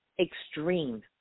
extreme